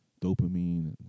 dopamine